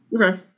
Okay